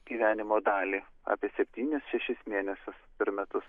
gyvenimo dalį apie septynis šešis mėnesius per metus